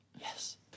Yes